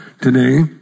today